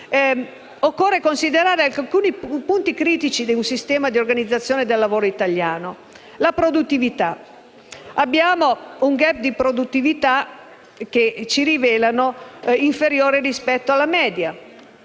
occorre considerare alcuni punti critici del sistema di organizzazione del lavoro italiano. Abbiamo un *gap* di produttività - ci rivelano - inferiore rispetto alla media